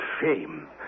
shame